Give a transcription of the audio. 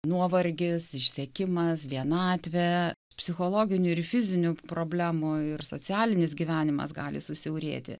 nuovargis išsekimas vienatvė psichologinių ir fizinių problemų ir socialinis gyvenimas gali susiaurėti